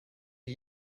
are